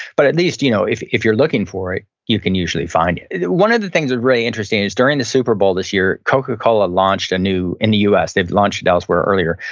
but at least you know if if you're looking for it, you can usually find it it one of the things that's really interesting is during the super bowl this year, coca-cola launched a new, in the us, they've launched it elsewhere earlier,